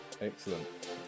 Excellent